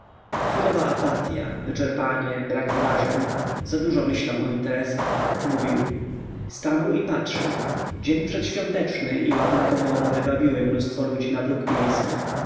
chwilowa apatya wyczerpanie brak wrażeń zadużo myślę o interesach mówił stanął i patrzył dzień przedświąteczny i ładna pogoda wywabiły mnóstwo ludzi na bruk